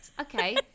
Okay